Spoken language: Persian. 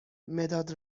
مداد